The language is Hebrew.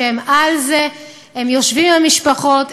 שהם על זה: הם יושבים עם המשפחות,